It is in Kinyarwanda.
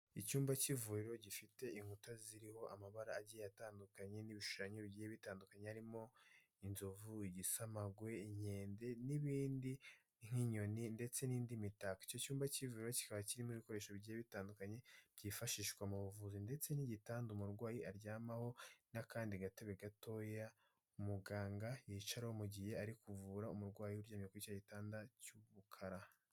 Icyumba cy'ivuriro gifite inkuta ziriho amabara agiye atandukanye n'ibishushanyo bigiye bitandukanye, harimo inzovu, igisamagwe, inkende n'ibindi nk'inyoni ndetse n'indi mitako, iki cyumba cy'ivuriro kikaba kirimo ibikoresho bigiye bitandukanye, byifashishwa mu buvuzi ndetse n'igitanda umurwayi aryamaho n'akandi gatebe gatoya umuganga yicaraho, mu gihe ari kuvura umurwayi uryamye kuri icyo gitanda cy'umukara.